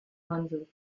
handelt